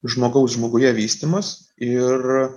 žmogaus žmoguje vystymas ir